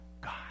God